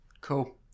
cool